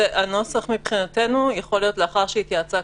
הנוסח מבחינתנו יכול להיות: לאחר שהתייעצה,